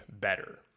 better